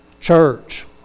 church